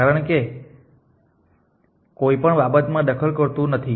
કારણ કે તે કોઈ પણ બાબતમાં દખલ કરતું નથી